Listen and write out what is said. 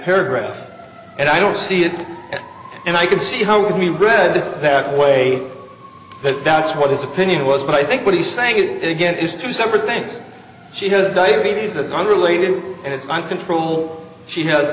paragraph and i don't see it and i can see how we read that way but that's what his opinion was but i think what he's saying it again is two separate things she has diabetes that's unrelated and it's uncontrollable she has